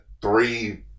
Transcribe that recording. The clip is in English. three